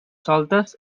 soltes